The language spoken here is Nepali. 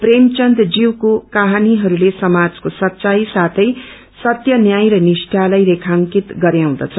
प्रेमचन्दज्युको कझनीहरूले समाजको संच्चाई साथै सत्य न्याय र निष्ठाताई रेखांकित गरयाउँदछ